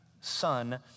son